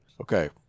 Okay